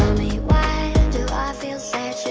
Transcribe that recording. why do i feel sad should